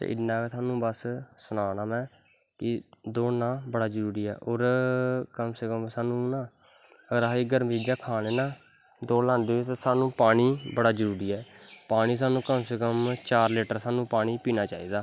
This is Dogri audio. ते इन्ने गै बस तोआनू सनाना में दौड़ना बड़ा जरूरी ऐ और कम से कम साह्नू ना अगर अस गर्मी च एह् चीजां खा ने ना दौड़ लांदे होई साह्नू बड़ा जरूरी ऐ पानी साह्नू कम से कम चार लीटर साह्नू पीनां चाही दा